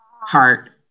Heart